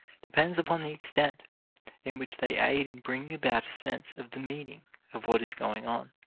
depends upon the extent in which they aid in bringing about a sensing of the meaning of what is going on.